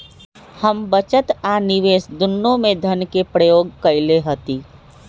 हम बचत आ निवेश दुन्नों में धन के प्रयोग कयले हती